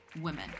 women